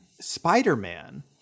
Spider-Man